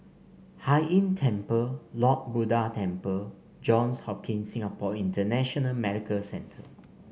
Hai Inn Temple Lord Buddha Temple Johns Hopkins Singapore International Medical Centre